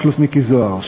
מכלוף מיקי זוהר,